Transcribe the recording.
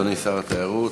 תודה, אדוני שר התיירות.